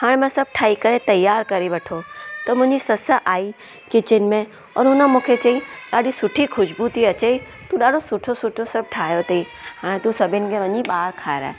हाणे मां सभु ठाहे करे तयारु करे वठो त मुंहिंजी ससु आई किचन में और हुन मूंखे चई ॾाढी सुठी ख़ुशबू थी अचे तू ॾाढो सुठो सुठो सभु ठाहियो अथई हाणे तू सभिनि खे वञी ॿाहिरि खाराए